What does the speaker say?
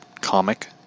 comic